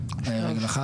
רגליים.